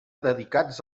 dedicats